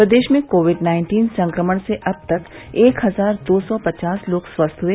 प्रदेश में COVID nineteen संक्रमण से अब तक एक हजार दो सौ पचास लोग स्वस्थ हुए